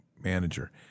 manager